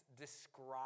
describe